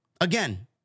Again